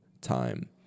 time